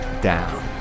down